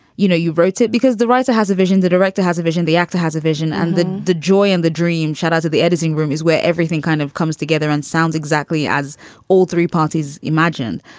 you know, you wrote it because the writer has a vision. the director has a vision. the actor has a vision. and the the joy and the dream shadows of the editing room is where everything kind of comes together and sounds exactly as all three parties imagine.